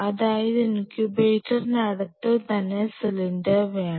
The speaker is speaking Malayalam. അതായത് ഇൻക്യൂബേറ്ററിനടുത്തു തന്നെ സിലിണ്ടർ വേണം